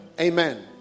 Amen